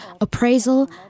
appraisal